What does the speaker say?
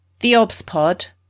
theobspod